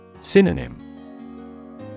Synonym